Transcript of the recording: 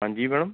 ਹਾਂਜੀ ਮੈਡਮ